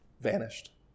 vanished